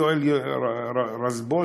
יואל רזבוזוב,